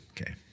Okay